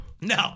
no